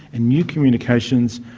and new communications,